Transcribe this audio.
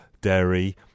dairy